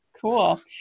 Cool